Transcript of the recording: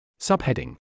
Subheading